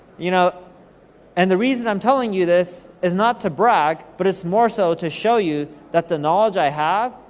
you know and the reason i'm telling you this is not to brag, but it's more so to show you that the knowledge i have,